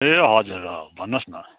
ए हजुर अँ भन्नुहोस् न